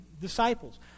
disciples